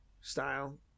style